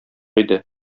иде